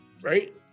Right